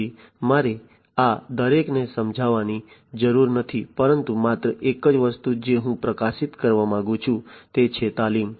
તેથી મારે આ દરેકને સમજાવવાની જરૂર નથી પરંતુ માત્ર એક જ વસ્તુ જે હું પ્રકાશિત કરવા માંગુ છું તે છે તાલીમ